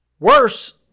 Worse